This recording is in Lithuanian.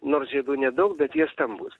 nors žiedų nedaug bet jie stambūs